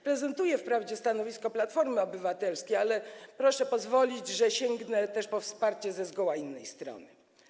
Prezentuję wprawdzie stanowisko Platformy Obywatelskiej, ale proszę pozwolić, że sięgnę po wsparcie ze zgoła innej strony.